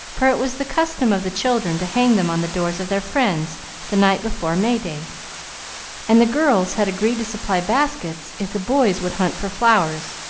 for it was the custom of the children to hang them on the doors of their friends the night before may-day and the girls had agreed to supply baskets if the boys would hunt for flowers,